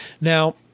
Now